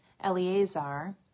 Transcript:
Eleazar